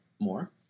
more